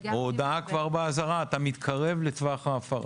או הודעה כבר באזהרה "אתה מתקרב לטווח ההפרה".